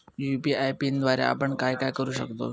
UPI पिनद्वारे आपण काय काय करु शकतो?